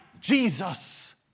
Jesus